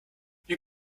you